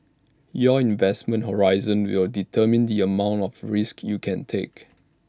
your investment horizon will determine the amount of risks you can take